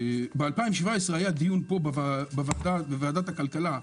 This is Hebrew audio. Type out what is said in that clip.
היה דיון פה, בוועדת הכלכלה,